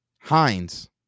Heinz